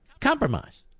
compromise